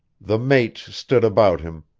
the mates stood about him,